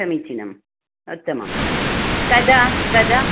समीचीनम् उत्तमं कदा कदा